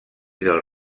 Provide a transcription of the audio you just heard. del